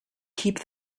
keep